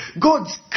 God's